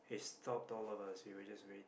he stopped all of us we were just waiting